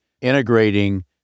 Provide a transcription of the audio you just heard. integrating